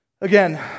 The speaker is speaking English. Again